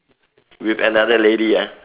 with another lady ah